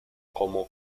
como